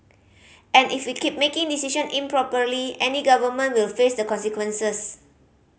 and if we keep making decision improperly any government will face the consequences